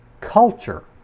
culture